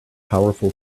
powerful